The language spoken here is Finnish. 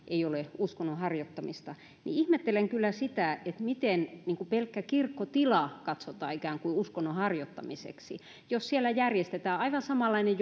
ei ole uskonnon harjoittamista niin että ihmettelen kyllä sitä miten pelkkä kirkkotila katsotaan ikään kuin uskonnon harjoittamiseksi jos siellä järjestetään aivan samanlainen